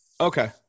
Okay